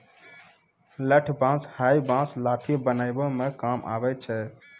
लठ बांस हैय बांस लाठी बनावै म काम आबै छै